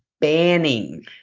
banning